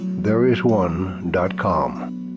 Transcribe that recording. Thereisone.com